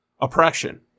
oppression